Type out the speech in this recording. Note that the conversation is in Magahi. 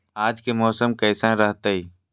आज के मौसम कैसन रहताई?